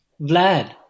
Vlad